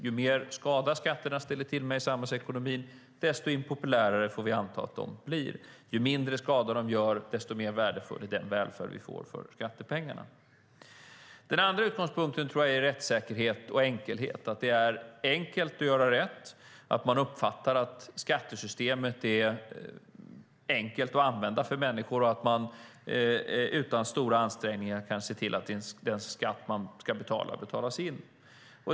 Ju mer skada skatterna ställer till med i samhällsekonomin, desto mer impopulära får vi anta att de blir. Ju mindre skada de gör, desto mer värdefull är den välfärd vi får för skattepengarna. Den andra utgångspunkten tror jag är rättssäkerhet och enkelhet - att det är enkelt att göra rätt, att man uppfattar att skattesystemet är enkelt att använda för människor och att man utan stora ansträngningar kan se till att den skatt man ska betala betalas in.